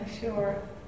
sure